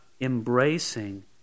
embracing